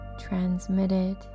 Transmitted